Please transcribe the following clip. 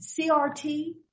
CRT